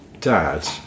dad